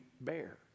bear